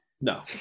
no